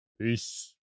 Peace